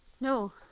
No